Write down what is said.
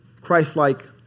Christ-like